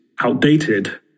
outdated